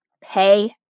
pay